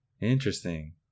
Interesting